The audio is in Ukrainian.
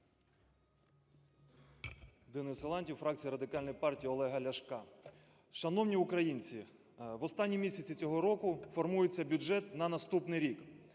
Денис Силантьєв, фракція Радикальної партії Олега Ляшка. Шановні українці, в останні місяці цього року формується бюджет на наступний рік.